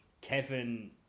Kevin